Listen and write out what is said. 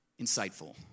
insightful